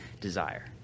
desire